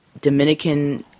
Dominican